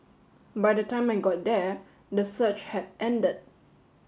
by the time I got there the surge had ended